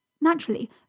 Naturally